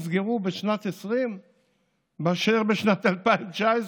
נסגרו בשנת 2020 מאשר בשנת 2019,